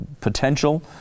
potential